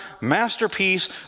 masterpiece